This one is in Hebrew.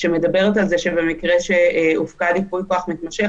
שמדברת על זה שבמקרה שהופקד ייפוי כוח מתמשך,